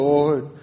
Lord